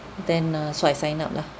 then uh so I sign up lah